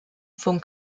von